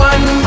One